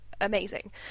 amazing